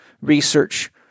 research